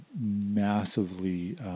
massively